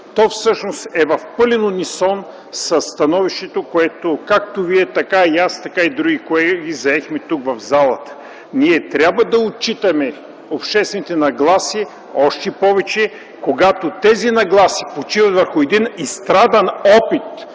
То всъщност е в пълен унисон със становището, което както Вие, така и аз, така и други колеги заехме тук, в залата. Ние трябва да отчитаме обществените нагласи, още повече когато тези нагласи почиват на един изстрадан опит,